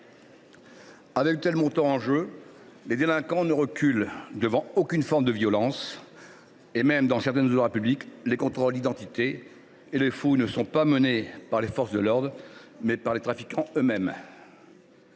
Avec de tels montants en jeu, les délinquants ne reculent devant aucune forme de violence. Dans certaines zones de la République, les contrôles d’identité et les fouilles sont menés non plus par les forces de l’ordre, mais par les trafiquants eux mêmes.